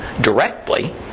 directly